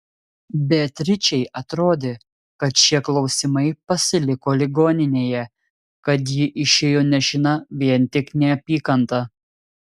beatričei atrodė kad šie klausimai pasiliko ligoninėje kad ji išėjo nešina vien tik neapykanta